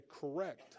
correct